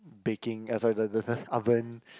baking eh sorry sorry the the oven